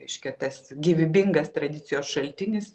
reiškia tas gyvybingas tradicijos šaltinis